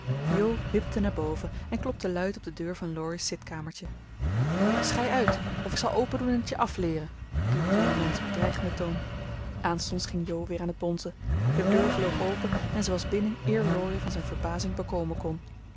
wipte naar boven en klopte luid op de deur van laurie's zitkamertje schei uit of ik zal open doen en t je afleeren riep het jongemensch op dreigenden toon aanstonds ging jo weer aan het bonzen de deur vloog open en zij was binnen eer laurie van zijn verbazing bekomen kon